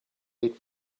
eight